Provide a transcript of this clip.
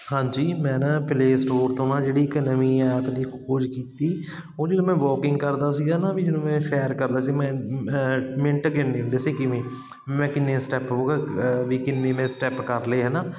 ਹਾਂਜੀ ਮੈਂ ਨਾ ਪਲੇ ਸਟੋਰ ਤੋਂ ਨਾ ਜਿਹੜੀ ਇੱਕ ਨਵੀਂ ਐਪ ਦੀ ਖੋਜ ਕੀਤੀ ਉਹਦੇ ਨਾਲ ਮੈਂ ਵਾਕਿੰਗ ਕਰਦਾ ਸੀਗਾ ਨਾ ਵੀ ਜਿਵੇਂ ਸੈਰ ਕਰਦਾ ਸੀ ਮੈਂ ਮਿੰਟ ਗਿਨ ਗਿਣਨੇ ਸੀ ਕਿਵੇਂ ਮੈਂ ਕਿੰਨੇ ਸਟੈਪ ਹੋਵੇਗਾ ਵੀ ਕਿੰਨੀ ਮੈਂ ਸਟੈਪ ਕਰ ਲਏ ਹੈ ਨਾ